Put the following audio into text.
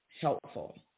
helpful